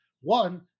one